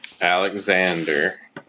Alexander